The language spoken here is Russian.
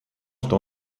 что